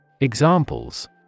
Examples